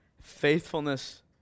faithfulness